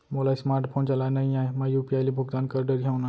मोला smart phone चलाए नई आए मैं यू.पी.आई ले भुगतान कर डरिहंव न?